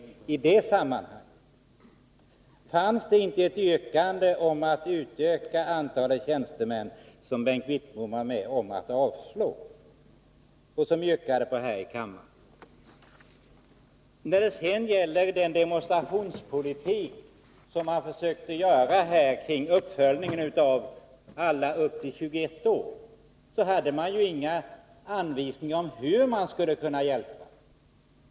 Fanns det inte i det sammanhanget ett yrkande om ett ökat antal tjänstemän, ett yrkande som Bengt Wittbom var med om att avslå? När det sedan gäller den demonstrationspolitik som Bengt Wittbom försökte bedriva kring uppföljningen av verksamheten för ungdomar upp till 21 år så fanns det ju inga anvisningar om hur man skulle hjälpa dem.